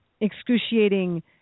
excruciating